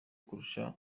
kurusha